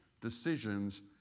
decisions